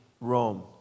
Rome